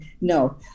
no